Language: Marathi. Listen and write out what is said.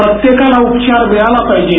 प्रत्येकाला उपचार मिळाला पाहीजे